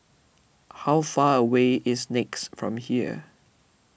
how far away is Nex from here